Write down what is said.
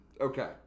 Okay